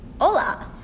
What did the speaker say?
Hola